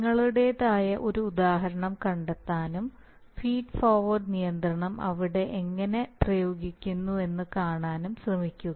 നിങ്ങളുടേതായ ഒരു ഉദാഹരണം കണ്ടെത്താനും ഫീഡ് ഫോർവേഡ് നിയന്ത്രണം അവിടെ എങ്ങനെ പ്രയോഗിക്കുന്നുവെന്ന് കാണാനും ശ്രമിക്കുക